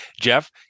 Jeff